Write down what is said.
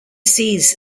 seas